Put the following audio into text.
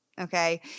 Okay